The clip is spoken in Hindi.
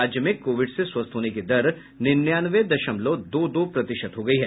राज्य में कोविड से स्वस्थ्य होने की दर निन्यानवे दशमलव दो दो प्रतिशत हो गई है